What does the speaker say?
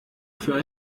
für